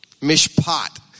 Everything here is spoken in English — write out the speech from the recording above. mishpat